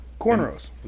Cornrows